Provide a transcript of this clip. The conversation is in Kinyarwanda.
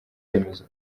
remezo